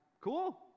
Cool